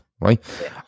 right